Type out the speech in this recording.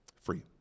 Free